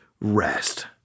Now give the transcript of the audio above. rest